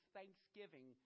Thanksgiving